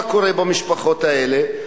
מה קורה במשפחות האלה?